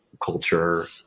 culture